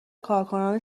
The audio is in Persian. کارکنان